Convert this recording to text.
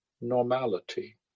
normality